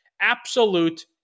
Absolute